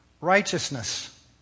righteousness